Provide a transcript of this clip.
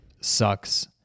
sucks